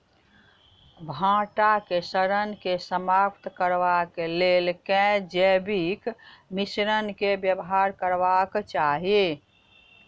भंटा केँ सड़न केँ समाप्त करबाक लेल केँ जैविक मिश्रण केँ व्यवहार करबाक चाहि?